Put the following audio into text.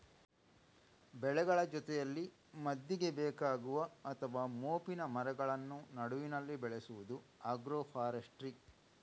ಬೆಳೆಗಳ ಜೊತೆಯಲ್ಲಿ ಮದ್ದಿಗೆ ಬೇಕಾಗುವ ಅಥವಾ ಮೋಪಿನ ಮರಗಳನ್ನ ನಡುವಿನಲ್ಲಿ ಬೆಳೆಸುದು ಆಗ್ರೋ ಫಾರೆಸ್ಟ್ರಿ